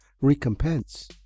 recompense